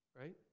right